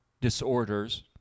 disorders